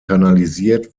kanalisiert